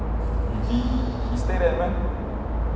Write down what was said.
he stay there meh